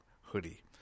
hoodie